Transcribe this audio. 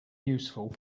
useful